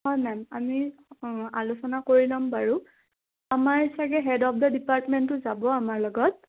হয় মেম আমি আলোচনা কৰি ল'ম বাৰু আমাৰ চাগে হেড অফ দ্য ডিপাৰ্টমেণ্টটো যাব আমাৰ লগত